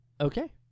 Okay